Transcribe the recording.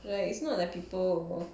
like it's not like people